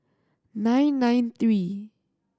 nine nine three